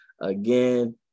Again